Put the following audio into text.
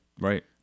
right